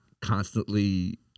constantly